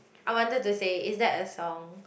I wanted to say is that a song